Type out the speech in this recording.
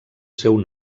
seu